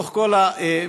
בתוך כל המריבות,